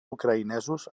ucraïnesos